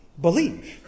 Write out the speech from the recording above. believe